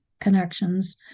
connections